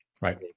Right